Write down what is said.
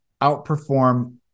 outperform